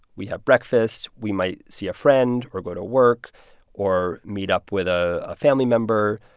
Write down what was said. we have breakfast. we might see a friend or go to work or meet up with a family member.